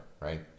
right